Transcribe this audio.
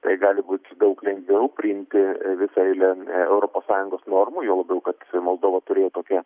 tai gali būti daug lengviau priimti visą eilę europos sąjungos normų juo labiau kad moldova turėjo tokią